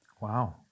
Wow